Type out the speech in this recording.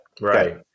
Right